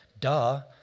duh